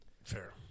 Fair